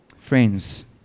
Friends